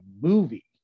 movie